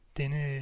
denne